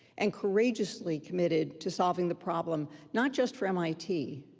and courageously committed to solving the problem, not just for mit,